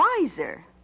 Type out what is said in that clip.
wiser